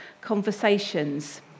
conversations